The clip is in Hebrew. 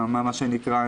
מה שנקרא,